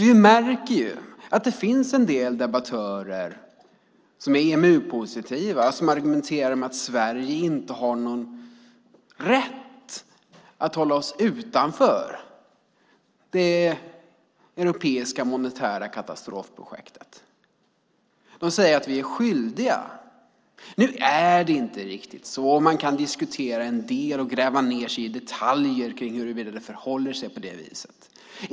Vi märker att det finns en del debattörer som är EMU-positiva och argumenterar för att Sverige inte har någon rätt att hålla sig utanför det europeiska monetära katastrofprojektet. De säger att vi är skyldiga. Det är inte riktigt så. Man kan diskutera en del och gräva ned sig i detaljer om huruvida det förhåller sig på det viset.